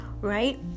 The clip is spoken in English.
Right